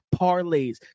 parlays